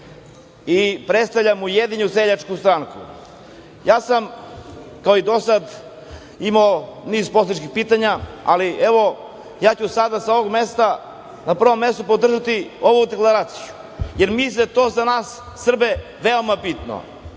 i predstavljam Ujedinjenu seljačku stranku. Kao i do sada sam imao niz poslaničkih pitanja, ali evo, sada ću sa ovog mesta na prvom mestu podržati ovu deklaraciju, jer mislim to za nas Srbe je veoma bitno.